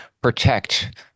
protect